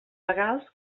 legals